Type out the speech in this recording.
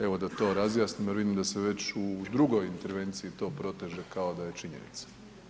Evo da to razjasnimo jer vidim da se već u drugoj intervenciji to proteže kao da je činjenica.